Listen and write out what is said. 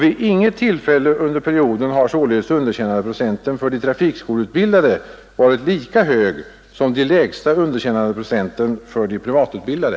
Vid inget tillfälle under perioden har således underkännandeprocenten för de trafikskoleutbildade varit lika hög som de lägsta underkännandeprocenten för de privatutbildade.